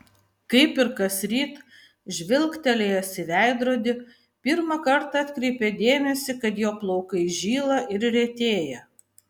kaip ir kasryt žvilgtelėjęs į veidrodį pirmą kartą atkreipė dėmesį kad jo plaukai žyla ir retėja